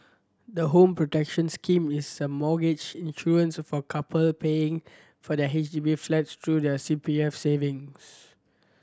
the Home Protection Scheme is a mortgage insurance for couple paying for their H D B flats through their C P F savings